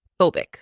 phobic